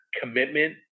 commitment